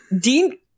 Dean